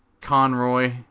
Conroy